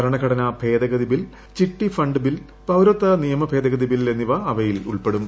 ഭരണഘടനാ ഭേദഗതി ബിൽ ചിട്ടിഫണ്ട് ബിൽ പൌരത്വ നിയമ ഭേദഗതി ബിൽ എന്നിവ അവയിൽ ഉൾപ്പെടും